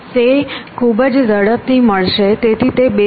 તે ખૂબ જ ઝડપથી મળશે તેથી તે બેસ્ટ કેસ છે